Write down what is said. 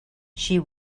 she